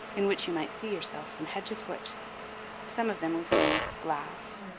in which you might see yourself from head to foot some of them were framed with glass,